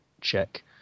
check